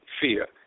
fear